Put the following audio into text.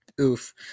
Oof